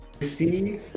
See